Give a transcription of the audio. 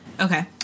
Okay